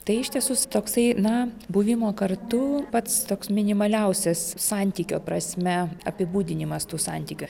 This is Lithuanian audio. tai iš tiesų toksai na buvimo kartu pats toks minimaliausias santykio prasme apibūdinimas tų santykių